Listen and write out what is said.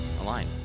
Align